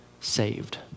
saved